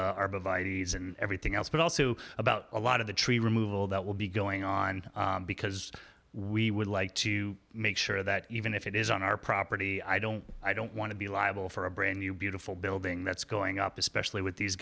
s and everything else but also about a lot of the tree removal that will be going on because we would like to make sure that even if it is on our property i don't i don't want to be liable for a brand new beautiful building that's going up especially with these